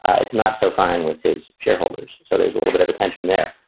it's not so fine with his shareholders. so there's a little bit of a tension there.